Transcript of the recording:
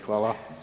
Hvala.